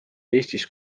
eestis